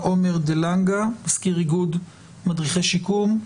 עומר דה לנגה מזכיר איגוד מדריכי שיקום,